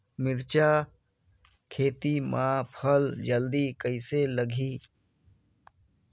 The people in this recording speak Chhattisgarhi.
मिरचा खेती मां फल जल्दी कइसे लगही?